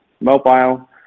mobile